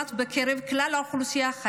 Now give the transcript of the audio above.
לעומת 16% בקרב כלל האוכלוסייה.